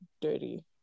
dirty